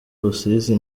rusizi